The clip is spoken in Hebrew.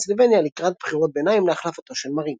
פנסילבניה לקראת בחירות ביניים להחלפתו של מרינו.